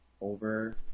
over